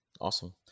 Awesome